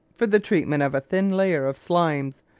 for the treatment of a thin layer of slimes,